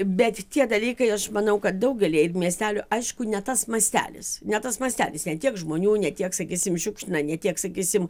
bet tie dalykai aš manau kad daugelyje ir miestelių aišku ne tas mastelis ne tas mastelis ne tiek žmonių ne tiek sakysim šiukšlina ne tiek sakysim